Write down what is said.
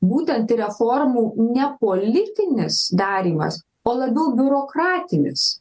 būtent reformų nepolitinis darymas o labiau biurokratinis